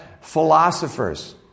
philosophers